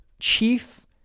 chief